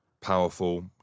Powerful